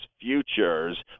futures